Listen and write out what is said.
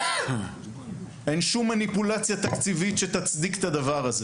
אין שום מניפולציה תקציבית שתצדיק את הדבר הזה